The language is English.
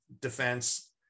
defense